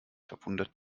verwundert